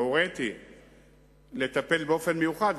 והוריתי לטפל באופן מיוחד,